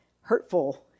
hurtful